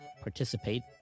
participate